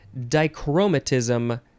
dichromatism